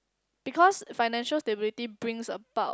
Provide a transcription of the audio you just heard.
because financial stability brings about